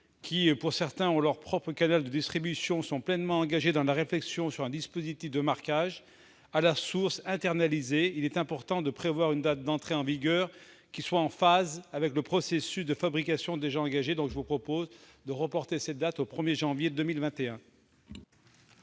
qui, pour certains, ont leur propre canal de distribution, sont pleinement engagés dans la réflexion sur un dispositif de marquage à la source internalisé, il est important de prévoir une date d'entrée en vigueur qui soit en phase avec les processus de fabrication déjà engagés. Nous proposons donc de reporter l'entrée en vigueur